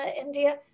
India